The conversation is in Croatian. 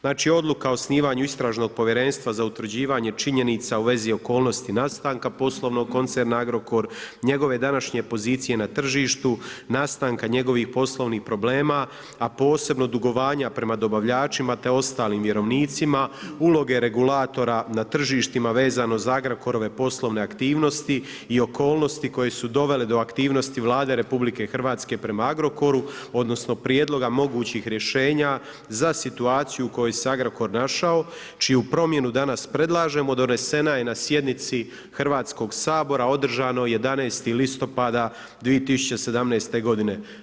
Znači odluka o osnivanju istražnog povjerenstva za utvrđivanje činjenica u vezi okolnosti nastanka poslovnog koncerna Agrokor, njegove današnje pozicije na tržištu, nastanka njegovih poslovnih problema, a posebno dugovanja prema dobavljačima te ostalim vjerovnicima, uloge regulatora na tržištima vezano uz Agrokorove poslovne aktivnosti i okolnosti koje su dovele do aktivnosti Vlade RH prema Agrokoru, odnosno prijedloga mogućih rješenja za situaciju u kojoj se Agrokor našao, čiju promjenu danas predlažemo, donesena je na sjednici Hrvatskog sabora održanoj 11. listopada 2017. godine.